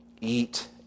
Eat